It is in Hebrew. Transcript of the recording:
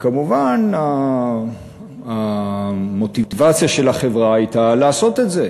כמובן, המוטיבציה של החברה הייתה לעשות את זה,